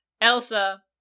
Elsa